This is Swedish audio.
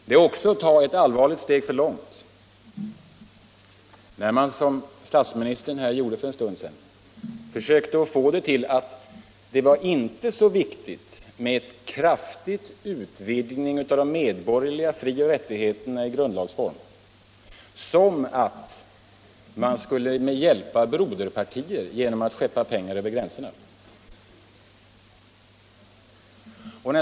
Det är också att gå ett allvarligt steg för långt när man, som statsministern gjorde här för en stund sedan, försöker få det till att det inte är så viktigt att åstadkomma en kraftig utvidgning av de medborgerliga frioch rättigheterna i grundlagsform som att hjälpa broderpartier genom att skänka pengar över gränserna.